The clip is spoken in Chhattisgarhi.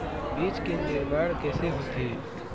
बीज के निर्माण कैसे होथे?